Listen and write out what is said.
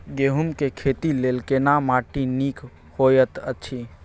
गेहूँ के खेती लेल केना माटी नीक होयत अछि?